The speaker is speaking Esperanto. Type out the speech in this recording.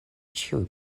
ĉiuj